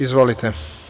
Izvolite.